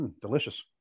Delicious